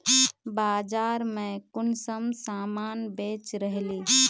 बाजार में कुंसम सामान बेच रहली?